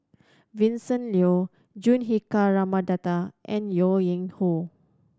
Vincent Leow Juthika Ramanathan and Yuen Yin Hoe